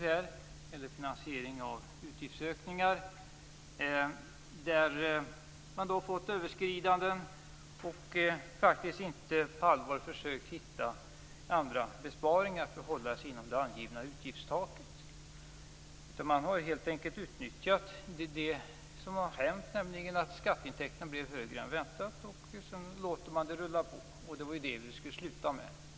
Det handlar om finansiering av utgiftsökningar där man har fått överskridanden och faktiskt inte på allvar har försökt hitta andra besparingar för att hålla sig inom det angivna utgiftstaket. Man har helt enkelt utnyttjat det som har hänt, nämligen att skatteintäkterna blev högre än väntat, och sedan låter man det rulla på. Men det var ju det vi skulle sluta med.